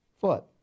foot